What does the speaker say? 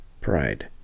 pride